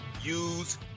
Use